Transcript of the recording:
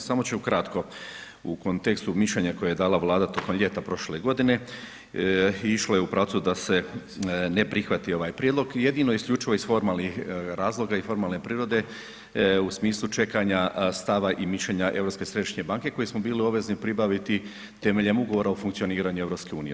Samo ću u kratko, u kontekstu mišljenja koje je dala Vlada tokom ljeta prošle godine išlo je u pravcu da se ne prihvati ovaj Prijedlog jedino isključivo iz formalnih razloga i formalne prirode u smislu čekanja stava i mišljenja Europske središnje banke koje smo bili obvezni pribaviti temeljem Ugovora o funkcioniranju Europske unije.